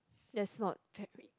that's not very